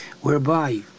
whereby